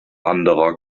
anderer